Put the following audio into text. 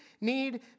need